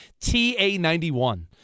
TA91